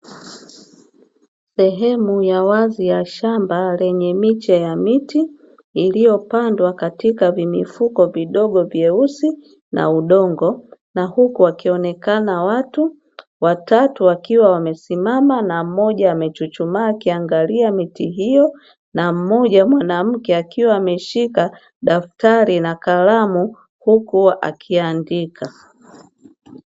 Sehemu ya wazi ya shamba lenye miche ya miti iliyopandwa katika vimifuko vidogo vyeusi, na udongo na huku wakionekana watu watatu wakiwa wamesimama na mmoja amechuchumaa; akiangalia miti hiyo na mmoja mwanamke akiwa ameshika daftari na kalamu huku akiandika.